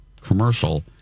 commercial